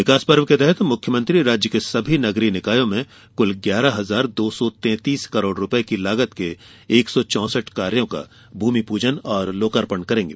विकास पर्व के तहत मुख्यमंत्री राज्य के सभी नगरीय निकायों में कुल ग्यारह हजार दो सौ तैतीस करोड़ रूपये की लागत के एक सौ चौसठ कार्यो का भूमिपूजन और लोकॉर्पण करेंगे